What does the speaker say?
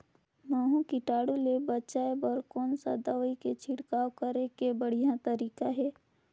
महू कीटाणु ले बचाय बर कोन सा दवाई के छिड़काव करे के बढ़िया तरीका हे?